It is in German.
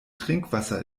trinkwasser